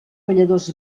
balladors